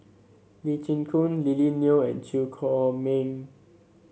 Lee Chin Koon Lily Neo and Chew Chor Meng